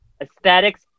aesthetics